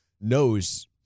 knows